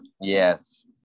Yes